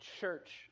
church